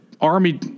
army